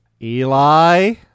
Eli